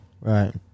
Right